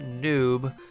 noob